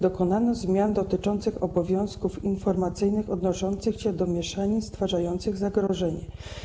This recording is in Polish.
Dokonano zmian dotyczących obowiązków informacyjnych odnoszących się do mieszanin stwarzających zagrożenie.